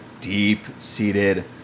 deep-seated